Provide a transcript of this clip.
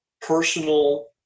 personal